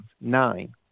nine